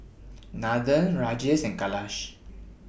Nathan Rajesh and Kailash